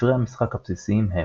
ספרי המשחק הבסיסיים הם